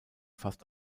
fast